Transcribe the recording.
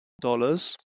dollars